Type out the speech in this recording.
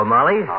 Molly